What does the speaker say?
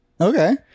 Okay